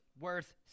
worth